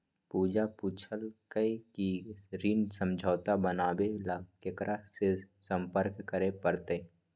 पूजा पूछल कई की ऋण समझौता बनावे ला केकरा से संपर्क करे पर तय?